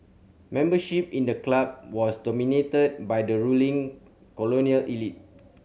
membership in the club was dominated by the ruling colonial elite